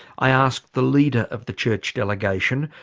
i asked the leader of the church delegation,